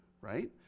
right